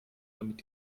damit